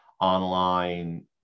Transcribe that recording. online